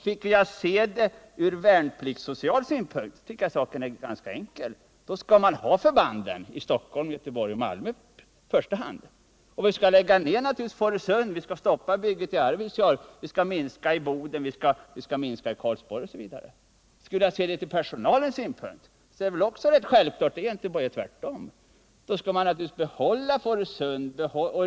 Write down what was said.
Ser man det från värnpliktssocial synpunkt är saken ganska enkel. Då skall man ha förbanden i Stockholm, Göteborg och Malmö i första hand. Vi skall då naturligtvis lägga ned i Fårösund, vi skall stoppa bygget i Arvidsjaur, vi skall minska i Boden, vi skall minska i Karlsborg osv. Ser man det från personalens synpunkt är det också självklart. Då är det egentligen bara att göra tvärtom. Då skall man behålla Fårösund, osv.